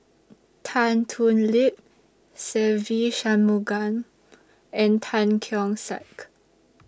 Tan Thoon Lip Se Ve Shanmugam and Tan Keong Saik